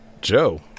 Joe